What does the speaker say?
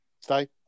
Stay